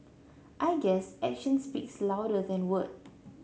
I guess actions speaks louder than word